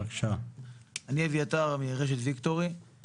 אני אביתר מרשת ויקטורי.